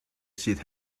sydd